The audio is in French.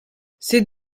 ces